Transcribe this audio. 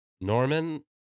Norman